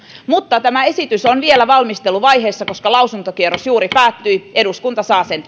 mutta tämä esitys on vielä valmisteluvaiheessa ja lausuntokierros juuri päättyi eduskunta saa sen